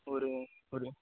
ஒரு ஒரு